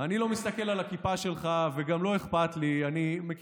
אני לא מסתכל על הכיפה שלך וגם לא אכפת לי.